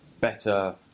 better